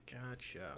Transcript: Gotcha